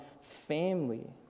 family